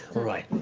all right,